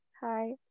hi